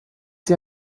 sie